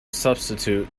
substitute